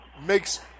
makes